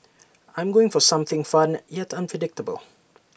I'm going for something fun yet unpredictable